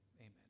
amen